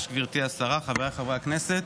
אדוני היושב-ראש, גברתי השרה, חבריי חברי הכנסת,